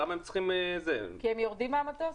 למה הם צריכים --- כי הם יורדים מהמטוס.